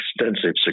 extensive